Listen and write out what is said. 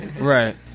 right